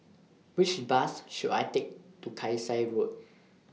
Which Bus should I Take to Kasai Road